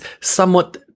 somewhat